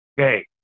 Okay